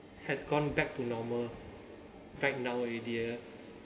has gone back to normal right now already ah